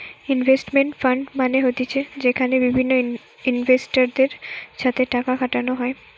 investment fund মানে হতিছে যেখানে বিভিন্ন ইনভেস্টরদের সাথে টাকা খাটানো হয়